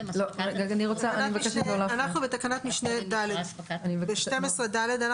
אנחנו בתקנת משנה 12(ד).